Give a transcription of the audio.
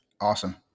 Awesome